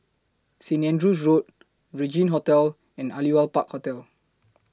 Saint Andrew's Road Regin Hotel and Aliwal Park Hotel